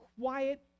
quiet